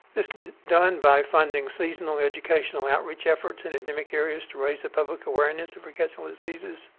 this could be done by funding seasonal educational outreach efforts in endemic areas to raise public awareness of rickettsial diseases